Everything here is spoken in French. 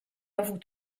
avoue